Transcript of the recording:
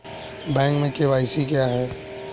Bank में KYC क्या है?